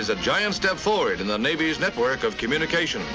is a giant step forward in the navy's network of communication